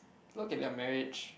look at their marriage